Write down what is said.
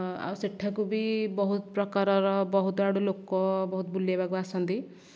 ଆଉ ସେଠାକୁ ବି ବହୁତ ପ୍ରକାରର ବହୁତ ଆଡ଼ୁ ଲୋକ ବହୁତ ବୁଲିବାକୁ ଆସନ୍ତି